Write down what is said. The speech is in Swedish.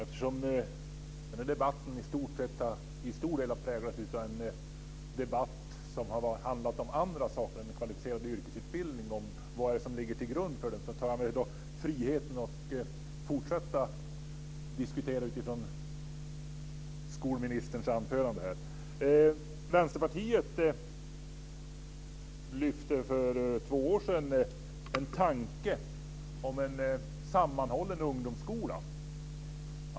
Fru talman! Eftersom denna debatt till stor del har handlat om andra saker än kvalificerad yrkesutbildning och vad som ligger till grund för den tar jag mig friheten att fortsätta diskutera utifrån skolministerns anförande. Vänsterpartiet lyfte för två år sedan fram en tanke om en sammanhållen ungdomsskola.